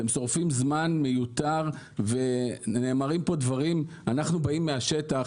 אתם שורפים זמן מיותר ונאמרים פה דברים אנחנו באים מהשטח